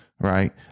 Right